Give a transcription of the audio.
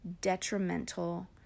detrimental